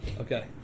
Okay